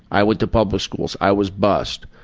i went to public schools. i was bussed.